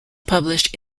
published